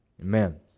Amen